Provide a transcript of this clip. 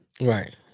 right